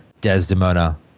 Desdemona